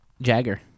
jagger